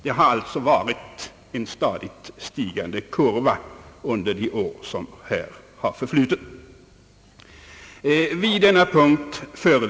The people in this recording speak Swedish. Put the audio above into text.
Det har alltså varit en stadigt stigande kurva under de år som har förflutit.